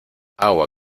agua